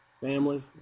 family